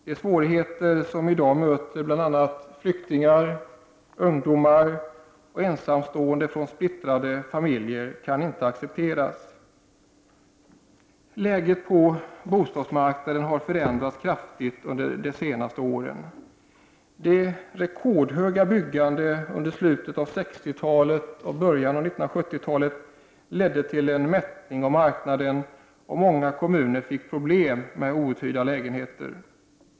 De svårigheter som i dag möter bl.a. flyktingar, ungdomar och ensamstående från splittrade familjer kan inte accepteras. Läget på bostadsmarknaden har förändrats kraftigt under de senaste åren. Det rekordhöga byggandet under slutet av 1960-talet och början av 1970 talet ledde till en mättning av marknaden, och många kommuner fick problem med outhyrda lägenheter.